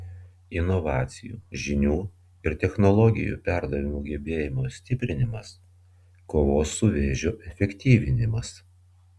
inovacijų žinių ir technologijų perdavimo gebėjimo stiprinimas kovos su vėžiu efektyvinimas